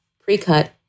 pre-cut